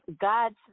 God's